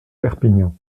perpignan